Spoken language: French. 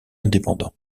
indépendant